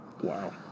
Wow